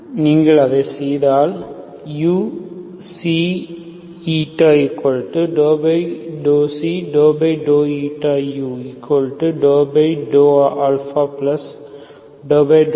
நீங்கள் அதை செய்தால் uξηu∂α∂β∂α ∂βu